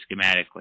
schematically